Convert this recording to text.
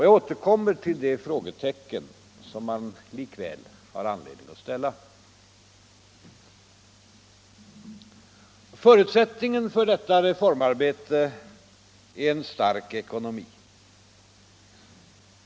Jag återkommer till de frågetecken som man likväl har anledning att sätta. Förutsättningen för detta reformarbete är en stark ekonomi.